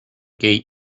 gate